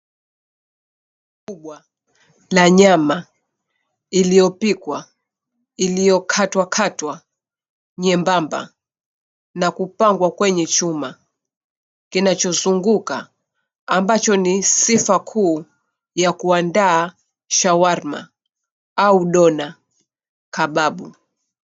Kubwa la nyama iliyopikwa iliokatwakatwa nyembamba na kupangwa kwenye chuma kinachozunguka ambacho ni sifa kuu ya kuandaa shawarma au dona kababu.